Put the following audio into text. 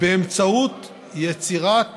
באמצעות יצירת